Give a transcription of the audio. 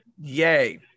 Yay